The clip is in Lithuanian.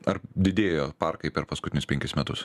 ar didėjo parkai per paskutinius penkis metus